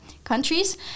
countries